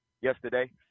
yesterday